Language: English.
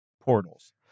portals